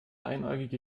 einäugige